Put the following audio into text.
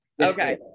Okay